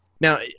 Now